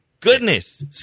Goodness